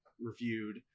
Reviewed